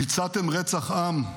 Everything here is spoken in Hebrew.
ביצעתם רצח עם,